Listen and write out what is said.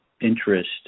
interest